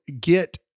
get